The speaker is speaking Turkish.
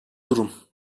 durum